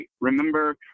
remember